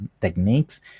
techniques